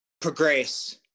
progress